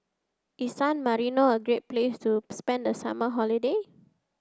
is San Marino a great place to spend the summer holiday